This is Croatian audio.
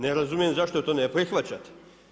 Ne razumijem zašto to ne prihvaćate.